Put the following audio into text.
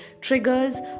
triggers